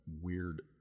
weird